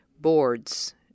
boards